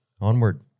Onward